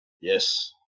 Yes